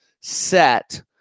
set